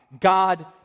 God